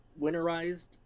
winterized